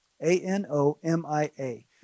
A-N-O-M-I-A